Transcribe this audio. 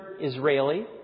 Israeli